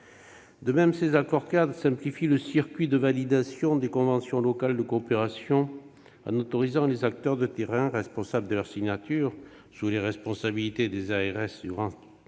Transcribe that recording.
De même, ces accords-cadres simplifient le circuit de validation des conventions locales de coopération en autorisant les acteurs de terrain responsables de leur signature, sous la responsabilité des ARS du Grand-Est,